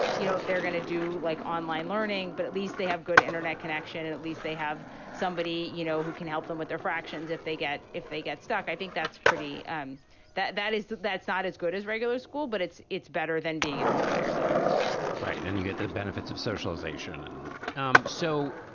you know, if they're going to do like online learning, but at least they have good internet connection and at least they have somebody, you know, who can help them with their fractions if they get if they get stuck. i think that's pretty good um that that is that that's not as good as regular school. but it's it's better than being at home by yourself right. and you get the benefits of socialization. and um so,